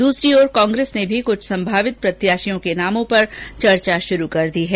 दूसरी ओर कांग्रेस ने भी कुछ संभावित प्रत्याशियों के नामों पर चर्चा शुरू कर दी है